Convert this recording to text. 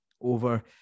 over